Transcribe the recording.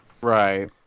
Right